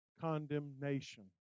condemnation